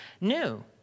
new